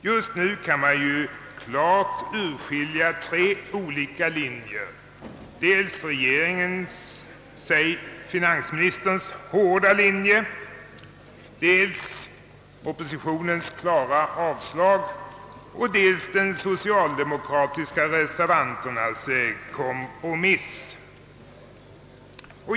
Just nu kan man klart urskilja tre olika linjer, nämligen dels regeringens — säg finansministerns — hårda linje, dels oppositionens klara avslag och dels de socialdemokratiska reservanternas kompromiss.